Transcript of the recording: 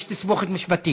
יש תסבוכת משפטית.